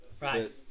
Right